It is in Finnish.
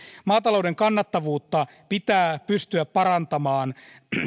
maatalouden kannattavuutta pitää pystyä parantamaan